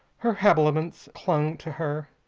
her habiliments clung to her.